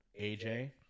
AJ